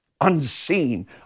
unseen